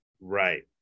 Right